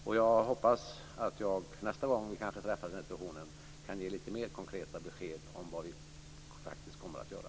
Och jag hoppas att jag nästa gång vi träffas i den här situationen kan ge lite mer konkreta besked om vad vi faktiskt kommer att göra.